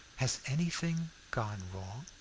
has anything gone wrong?